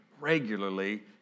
regularly